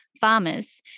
farmers